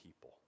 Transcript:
people